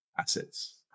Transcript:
assets